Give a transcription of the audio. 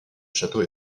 château